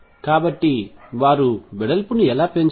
కాబట్టి వారు వెడల్పును ఎలా పెంచుతారు